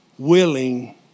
willing